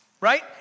Right